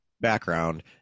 background